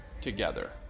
together